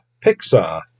Pixar